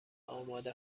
آماده